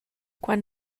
quan